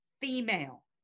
female